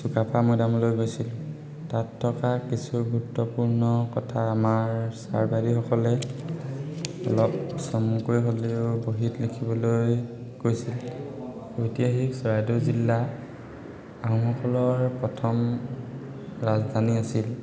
চুকাফা মৈদামলৈ গৈছিল তাত থকা কিছু গুৰুত্বপূৰ্ণ কথা আমাৰ ছাৰ বাইদেউসকলে অলপ চমুকৈ হ'লেও বহীত লিখিবলৈ কৈছিল ঐতিহাসিক চৰাইদেউ জিলা আহোমসকলৰ প্ৰথম ৰাজধানী আছিল